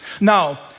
Now